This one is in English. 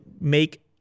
make